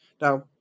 now